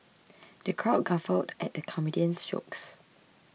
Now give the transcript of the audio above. the crowd guffawed at the comedian's jokes